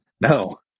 no